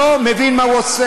לא מבין מה הוא עושה.